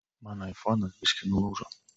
mano aifonas biškį nulūžo